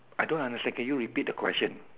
I don't understand can you repeat the question